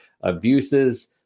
abuses –